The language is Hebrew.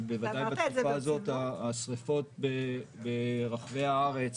אבל בתקופה הזאת השריפות ברחבי הארץ